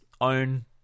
own